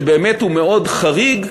שבאמת הוא מאוד חריג,